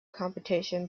competition